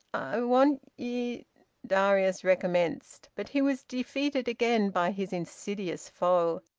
i want ye darius recommenced. but he was defeated again by his insidious foe.